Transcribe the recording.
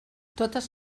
totes